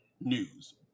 news